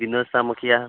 विनोद सा मुखिया